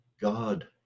God